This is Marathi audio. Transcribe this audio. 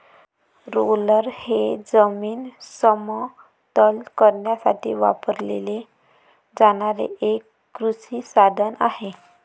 रोलर हे जमीन समतल करण्यासाठी वापरले जाणारे एक कृषी साधन आहे